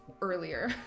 earlier